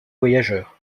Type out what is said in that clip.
voyageurs